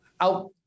Out